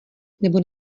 nebo